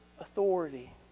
authority